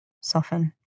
Soften